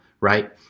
right